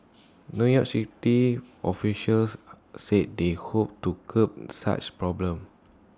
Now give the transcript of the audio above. new york city officials said they hoped to curb such problems